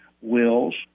wills